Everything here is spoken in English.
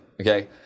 okay